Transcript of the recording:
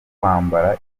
kwambara